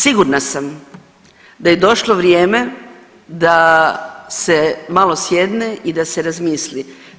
Sigurna sam da je došlo vrijeme da se malo sjedne i da se razmisli.